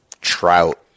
trout